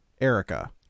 Erica